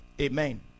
Amen